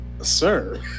Sir